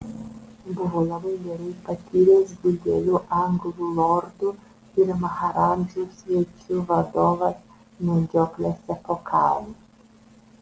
buvo labai gerai patyręs didelių anglų lordų ir maharadžų svečių vadovas medžioklėse po kalnus